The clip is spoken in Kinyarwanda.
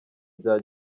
bya